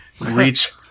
reach